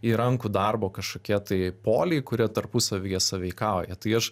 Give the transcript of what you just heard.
ir rankų darbo kažkokie tai poliai kurie tarpusavyje sąveikauja tai aš